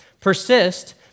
Persist